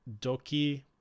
Doki